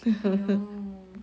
!aiyo!